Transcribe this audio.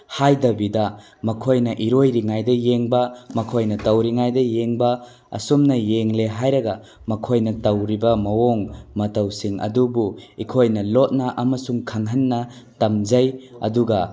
ꯍꯥꯏꯗꯕꯤꯗ ꯃꯈꯣꯏꯅ ꯏꯔꯣꯏꯔꯤꯉꯩꯗ ꯌꯦꯡꯕ ꯃꯈꯣꯏꯅ ꯇꯧꯔꯤꯉꯩꯗ ꯌꯦꯡꯕ ꯑꯁꯨꯝꯅ ꯌꯦꯡꯂꯦ ꯍꯥꯏꯔꯒ ꯃꯈꯣꯏꯅ ꯇꯧꯔꯤꯕ ꯃꯑꯣꯡ ꯃꯇꯧꯁꯤꯡ ꯑꯗꯨꯕꯨ ꯑꯩꯈꯣꯏꯅ ꯂꯣꯠꯅ ꯑꯃꯁꯨꯡ ꯈꯪꯍꯟꯅ ꯇꯝꯖꯩ ꯑꯗꯨꯒ